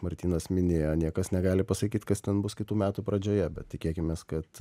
martynas minėjo niekas negali pasakyt kas ten bus kitų metų pradžioje bet tikėkimės kad